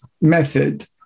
method